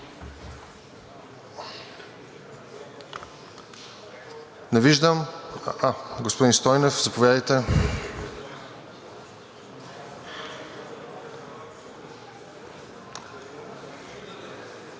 Господин Стойнев, заповядайте.